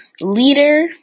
Leader